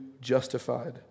justified